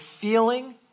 feeling